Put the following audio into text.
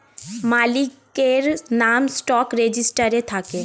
মালিকের নাম স্টক রেজিস্টারে থাকে